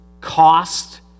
cost